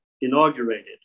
Inaugurated